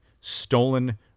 stolen